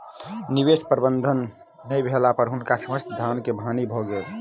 निवेश प्रबंधन नै भेला पर हुनकर समस्त धन के हानि भ गेलैन